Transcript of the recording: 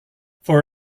for